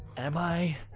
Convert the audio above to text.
am i?